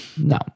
No